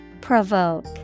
Provoke